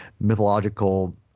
mythological